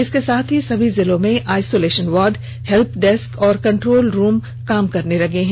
इसके साथ ही सभी जिलों में आईसोलेषन वार्ड हेल्प डेस्क और कंट्रोल रूम काम करने लगे हैं